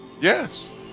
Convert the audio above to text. Yes